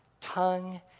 tongue